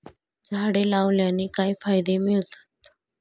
झाडे लावण्याने काय फायदे मिळतात?